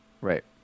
Right